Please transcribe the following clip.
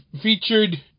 featured